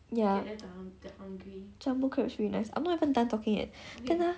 ya jumbo crab is really damn nice I'm not even done talking yet then ah